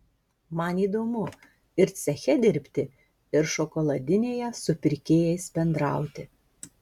man įdomu ir ceche dirbti ir šokoladinėje su pirkėjais bendrauti